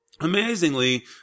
amazingly